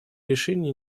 решение